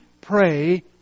pray